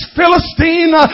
Philistine